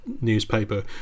newspaper